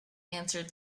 answered